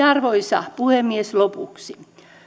arvoisa puhemies lopuksi